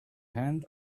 hand